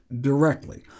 directly